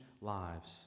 lives